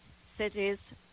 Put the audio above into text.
cities